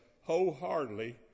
wholeheartedly